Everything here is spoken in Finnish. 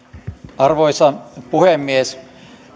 arvoisa puhemies